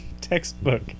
Textbook